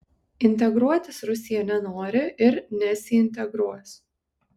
integruotis rusija nenori ir nesiintegruos